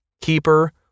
Keeper